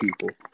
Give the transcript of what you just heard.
people